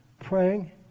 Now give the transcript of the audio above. Praying